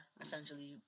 essentially